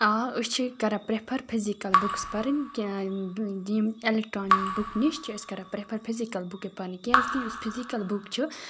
آ أسۍ چھِ کَران پرٛفَر فِزِکَل بُکٕس پَرٕنۍ یِم ایلیکٹرٛانِک بُک نِش چھِ أسۍ کَران پرٛفَر فِزِکَل بُکہِ پَرنہِ کیٛازِکہِ یُس فِزِکَل بُک چھِ